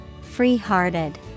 Free-hearted